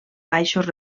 baixos